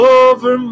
over